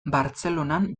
bartzelonan